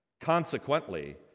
Consequently